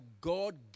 God